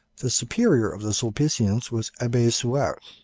the superior of the sulpicians was abbe souart.